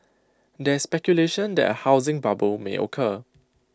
there is speculation that A housing bubble may occur